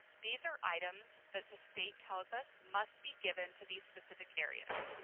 these are items that the state tells us must be given to these specific areas.